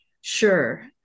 Sure